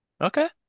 Okay